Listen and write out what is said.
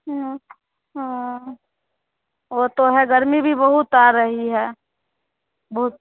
हाँ हाँ वो तो है गर्मी भी बहुत आ रही है बहुत